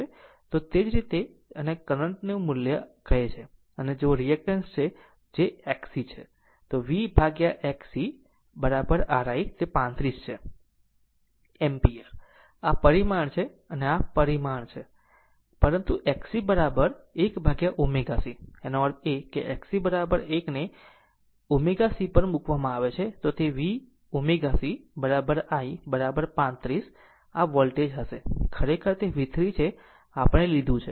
તો પછી આ તે જ છે જેને કરંટ ની મુલ્ય કહે છે અને આ જો તે રીએક્ટન્સ છે તે xc છે તો પછી V by x cr I તે 35 છે એમ્પીયર આ પરિમાણ છે આ પણ પરિમાણ છે પરંતુ x c બરાબર છે 1 ભાગ્યા ω c તેનો અર્થ એ કે જો x c 1 ને ω ω c પર મૂકવામાં આવે તો તે V ω c I 35 આ વોલ્ટેજ હશે આ ખરેખર તે V3 છે જે આપણે લીધું છે